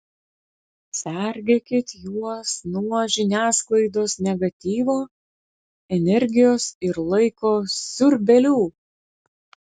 sergėkit juos nuo žiniasklaidos negatyvo energijos ir laiko siurbėlių